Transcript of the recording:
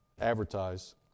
advertise